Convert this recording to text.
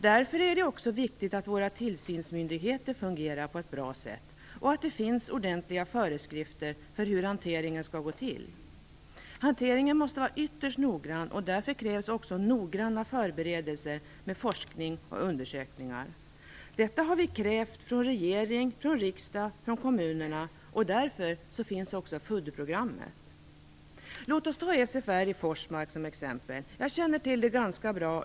Därför är det också viktigt att våra tillsynsmyndigheter fungerar på ett bra sätt och att det finns ordentliga föreskrifter för hur hanteringen skall gå till. Hanteringen måste vara ytterst noggrann och därför krävs också noggranna förberedelser, med forskning och undersökningar. Detta har vi krävt från riksdag, regering och kommuner, och därför finns också FUD-programmet. Låt oss ta SFR i Forsmark som exempel. Jag känner till det ganska bra.